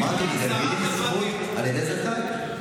אמרתי: על ידי זכאי.